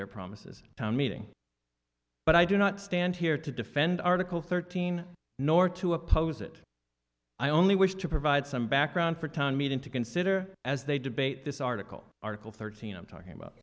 their promises to a meeting but i do not stand here to defend article thirteen nor to oppose it i only wish to provide some background for a town meeting to consider as they debate this article article thirteen i'm talking about